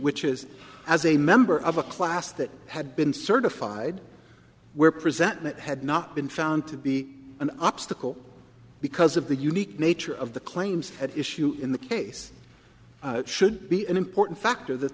which is as a member of a class that had been certified were present that had not been found to be an obstacle because of the unique nature of the claims at issue in the case should be an important factor that